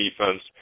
defense